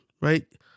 right